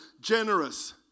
generous